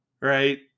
right